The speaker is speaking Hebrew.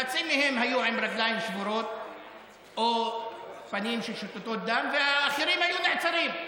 חצי מהם היו עם רגליים שבורות או פנים שותתות דם והאחרים היו נעצרים.